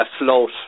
afloat